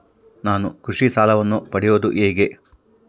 ನಾನು ಕೃಷಿ ಸಾಲವನ್ನು ಪಡೆಯೋದು ಹೇಗೆ?